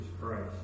Christ